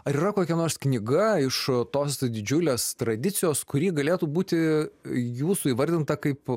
ar yra kokia nors knyga iš tos didžiulės tradicijos kuri galėtų būti jūsų įvardinta kaip